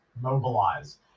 mobilize